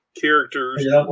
characters